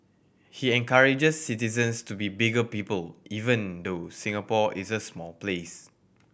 he encourages citizens to be bigger people even though Singapore is a small place